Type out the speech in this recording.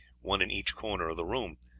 one in each corner of the room.